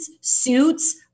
suits